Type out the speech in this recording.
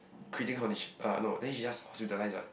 critical condition uh no then she just hospitalised what